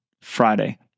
Friday